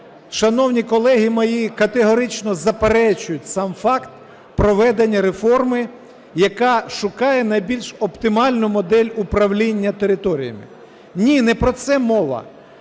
шановні колеги мої категорично заперечують сам факт проведення реформи, яка шукає найбільш оптимальну модель управління територіями, ні, не про це мова.